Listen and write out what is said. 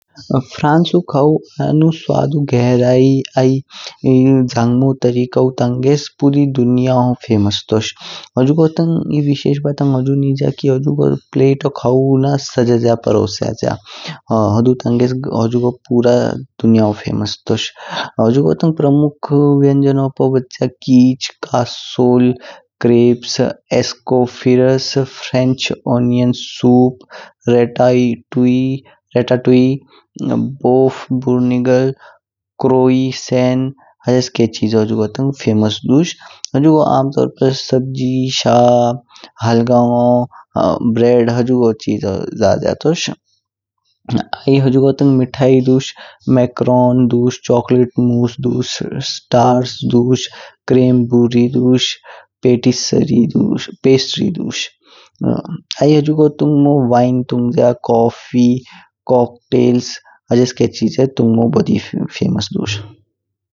फ्रांसऊ खावु आनू स्वादु गहराईऊ आई जंगमो तारीखु तंगेसे पूरी दुनियऊ फेमस तोश। होजुगो तंग ई विशेष बातैन हुजु। निजय की होजु प्लेटऊ खावु सज्जयजा प्रोस्यजा, हुडु तंगेस हुजुगो पूरा दुनियऊ फेमस तोश। हुजुगो तंग प्रमुख वायंजनऊ पू बछया तू कीच, कसोल, क्रेप्स, अस्कोफिलास, फ्रेंच अनियन सूप, ताई तूई रट्ट तूई, बर्फ बुनिगल, क्रोइसन हिजेसके चिजो हुजुगो तंग फेमस दुश। हुजुगो आम तोर पर सब्जी, शा, हलगांव, ब्रेड हुजुगो चिजो जज्या तोश। आई हुजुगो तंग मिठाई दुश मेकरोन दुश, चॉकलेट दुश दुश, स्तार्च दुश, क्रीम बेरी दुश, पेटी सारी दुश। पेस्ट्री दुश। आई हुजुगो तुंगमो वाइन तुंगज्या, कौफी, कॉक टेल्स हिजेसके चिजे तुंगमो बड़ी फेमस दुश।